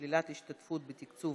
שלילת השתתפות בתקציב